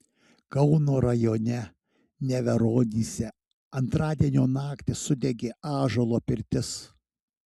kauno rajone neveronyse antradienio naktį sudegė ąžuolo pirtis